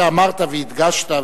מה שאמרת והדגשת,